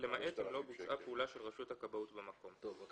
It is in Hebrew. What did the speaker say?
למעט אם לא בוצעה פעולה של רשות הכבאות במקום"." אני